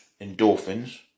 endorphins